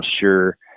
sure